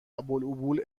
العبور